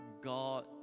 God